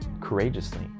courageously